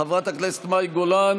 חברת הכנסת מאי גולן,